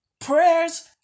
Prayers